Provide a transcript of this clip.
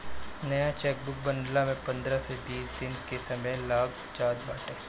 नया चेकबुक बनला में पंद्रह से बीस दिन के समय लाग जात बाटे